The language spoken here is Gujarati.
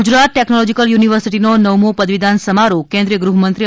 ગુજરાત ટેકનોલોજીકલ યુનિવર્સિટીનો નવમો પદવીદાન સમારોહ કેન્દ્રિય ગૃહમંત્રી